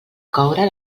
coure